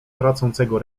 tracącego